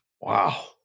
Wow